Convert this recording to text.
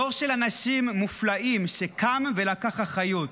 דור של אנשים מופלאים שקם ולקח אחריות,